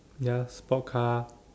ya sports car